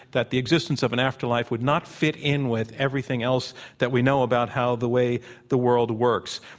that the existence of an afterlife would not fit in with everything else that we know about how the way the world works,